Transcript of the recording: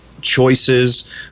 choices